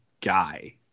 guy